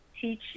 teach